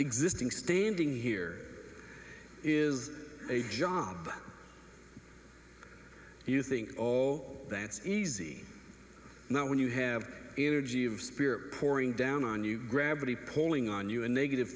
existing standing here is a job you think all that's easy now when you have energy of spirit pouring down on you gravity pulling on you a negative